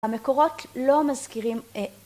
המקורות לא מזכירים